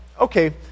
okay